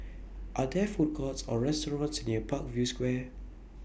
Are There Food Courts Or restaurants near Parkview Square